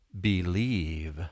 believe